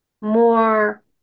more